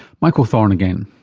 michael thorn again.